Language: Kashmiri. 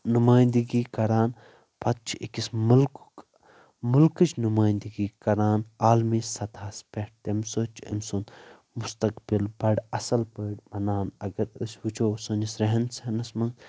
نُمٲیندِگی کران پتہٕ چھِ أکس مُلکک مُلکٕچ نُمٲیندگی کران عالمی سطحس پٮ۪ٹھ تمہِ سۭتۍ چھُ أمۍ سُند مستقبل بڑٕ اصل پٲٹھۍ بنان اگر أسۍ وٕچھو سٲنس ریٚہن سہنس منٛز